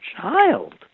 child